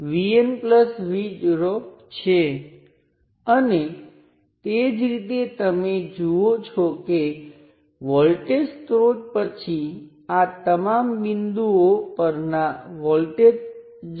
તેથી આશા છે કે હવે આની સમાનતા વિશે કોઈ શંકા નથી કારણ કે આપણે સબસ્ટીટ્યુશન થિયર્મની વ્યાપક ચર્ચા કરી આપણે તેને અગાઉ સાબિત કર્યો છે